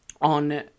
on